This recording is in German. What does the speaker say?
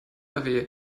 einem